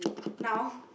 now